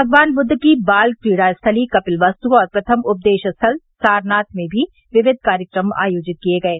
भगवान बुद्ध की बाल क्रीड़ा स्थली कपिलवस्तु और प्रथम उपदेश स्थल सारनाथ में भी विविध कार्यक्रम आयोजित किये गये